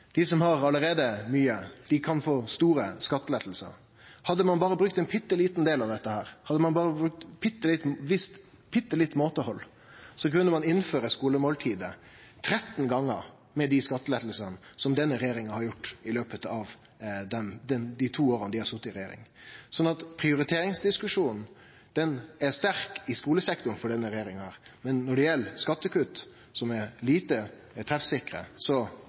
dei. Dei som allereie har mykje, kan få store skattelettar. Hadde ein berre brukt ein bitte liten del av dette, hadde ein berre vist bitte litt måtehald, kunne ein innført skulemåltidet 13 gonger med dei skattelettane som denne regjeringa har gitt i løpet av dei to åra dei har sete i regjering. Prioriteringsdiskusjonen er sterk i skulesektoren for denne regjeringa, men når det gjeld skattekutt, som er lite treffsikre, er